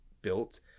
built